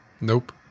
Nope